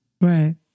Right